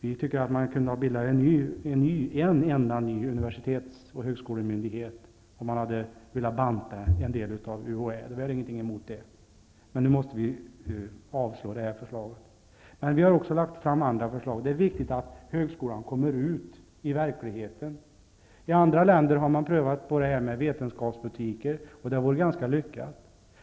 Vi tycker att man kunde ha bildat en enda ny universitets och högskolemyndighet om man hade velat banta en del av UHÄ. Vi hade inget emot det. Men nu måste vi avstyrka detta förslag. Men vi har också lagt fram andra förslag. Det är viktigt att högskolan kommer ut i verkligheten. I andra länder har man prövat vetenskapsbutiker. Det har varit ganska lyckat.